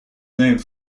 named